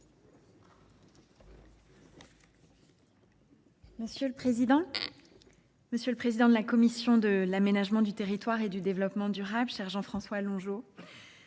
Monsieur le Président, Monsieur le Président de la Commission de l'Aménagement du territoire et du Développement durable, cher Jean-François Longeau,